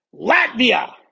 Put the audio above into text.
Latvia